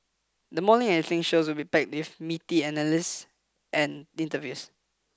the morning and things shows will be packed with meaty analyses and interviews